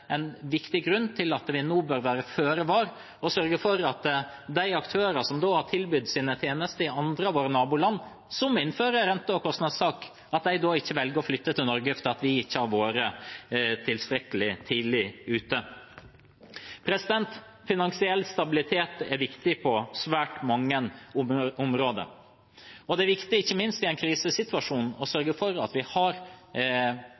en viktig grunn til at vi nå bør være føre var og sørge for at de aktørene som har tilbydd sine tjenester i våre naboland som innfører rente- og kostnadstak, ikke velger å flytte til Norge fordi vi ikke har vært tilstrekkelig tidlig ute. Finansiell stabilitet er viktig på svært mange områder. Det er viktig, ikke minst i en krisesituasjon, å